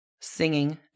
singing